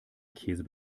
käse